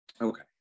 okay